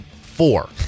four